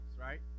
right